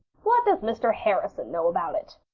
what does mr. harrison know about it?